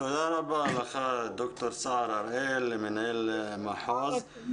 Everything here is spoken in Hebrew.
תודה רבה לך, ד"ר סער הראל, מנהל מחוז חיפה.